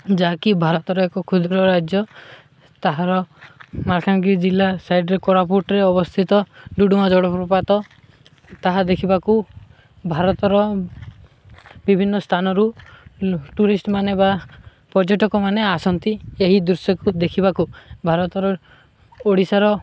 ଯାହାକି ଭାରତର ଏକ କ୍ଷୁଦ୍ର ରାଜ୍ୟ ତାହାର ମାଲକାନାଗିରି ଜିଲ୍ଲା ସାଇଡ୍ରେ କୋରାପୁଟରେ ଅବସ୍ଥିତ ଡୁଡୁମା ଜଳପ୍ରପାତ ତାହା ଦେଖିବାକୁ ଭାରତର ବିଭିନ୍ନ ସ୍ଥାନରୁ ଟୁରିଷ୍ଟ ମାନେ ବା ପର୍ଯ୍ୟଟକମାନେ ଆସନ୍ତି ଏହି ଦୃଶ୍ୟକୁ ଦେଖିବାକୁ ଭାରତର ଓଡ଼ିଶାର